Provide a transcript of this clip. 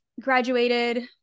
graduated